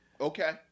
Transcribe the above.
Okay